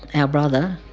our brother,